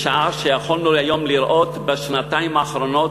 בשעה שיכולנו היום לראות, בשנתיים האחרונות,